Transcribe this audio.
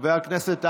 חבר הכנסת האוזר.